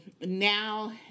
now